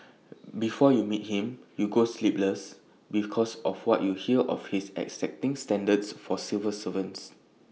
before you meet him you go sleepless because of what you hear of his exacting standards for civil servants